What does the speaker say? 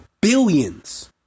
billions